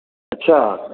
अच्छा